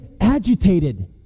agitated